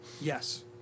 Yes